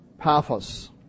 Paphos